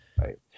Right